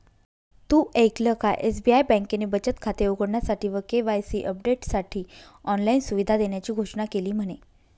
तु ऐकल का? एस.बी.आई बँकेने बचत खाते उघडण्यासाठी व के.वाई.सी अपडेटसाठी ऑनलाइन सुविधा देण्याची घोषणा केली म्हने